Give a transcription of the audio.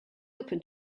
open